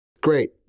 Great